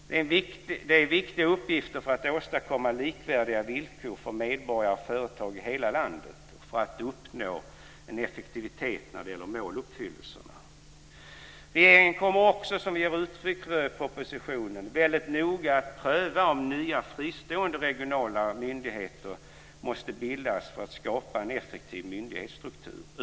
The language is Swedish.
Det är viktiga uppgifter för att åstadkomma likvärdiga villkor för medborgare och företag i hela landet och för att uppnå en effektivitet när det gäller måluppfyllelsen. Regeringen kommer också, som vi ger uttryck för i propositionen, att väldigt noga pröva om nya fristående regionala myndigheter måste bildas för att man ska kunna skapa en effektiv myndighetsstruktur.